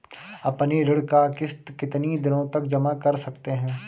अपनी ऋण का किश्त कितनी दिनों तक जमा कर सकते हैं?